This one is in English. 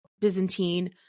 Byzantine